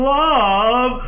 love